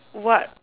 what